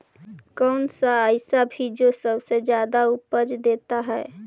कौन सा ऐसा भी जो सबसे ज्यादा उपज देता है?